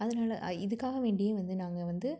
அதனால் இதுக்காக வேண்டியே வந்து நாங்கள் வந்து